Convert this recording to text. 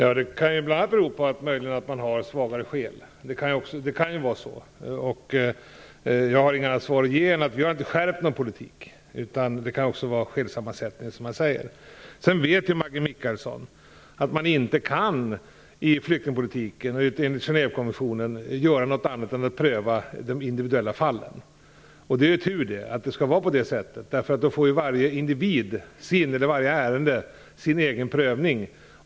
Fru talman! Möjligen beror det på att man har svagare skäl - det kan ju vara så. Jag har inget annat svar att ge än att vi inte har skärpt politiken. Det kan ju också vara fråga om skälsammansättningar, som man säger. Maggi Mikaelsson vet att man i flyktingpolitiken enligt Genèvekonventionen inte kan göra annat än att pröva i de individuella fallen. Det är tur att det skall vara på det sättet. Därmed får varje individ/varje ärende sin egen prövning.